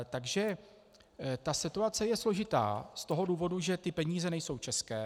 Takže ta situace je složitá z toho důvodu, že ty peníze nejsou české.